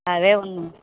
అదే